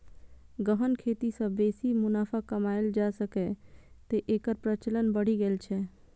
गहन खेती सं बेसी मुनाफा कमाएल जा सकैए, तें एकर प्रचलन बढ़ि गेल छै